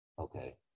okay